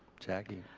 jackie?